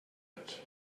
that